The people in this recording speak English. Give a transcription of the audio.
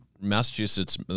Massachusetts